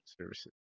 services